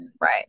right